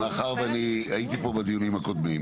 מאחר ואני הייתי פה בדיונים הקודמים,